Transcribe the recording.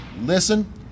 listen